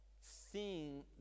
Seeing